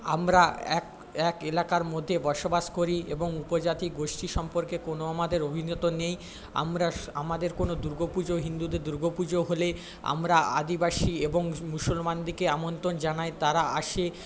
আমরা এক এক এলাকার মধ্যে বসবাস করি এবং উপজাতি গোষ্ঠী সম্পর্কে কোনো আমাদের নেই আমরা আমাদের কোনো দুর্গো পুজো হিন্দুদের দুর্গো পুজো হলে আমরা আদিবাসী এবং মুসলমানদেরকে আমন্ত্রণ জানাই তারা আসে